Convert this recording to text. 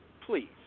Please